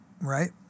right